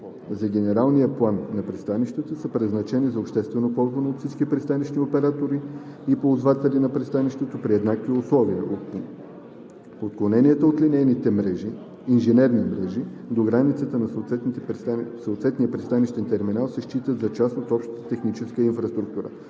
на генералния план на пристанището са предназначени за общо ползване от всички пристанищни оператори и ползватели на пристанището при еднакви условия. Отклоненията от линейните инженерни мрежи до границата на съответния пристанищен терминал се считат за част от общата техническа инфраструктура.